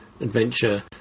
adventure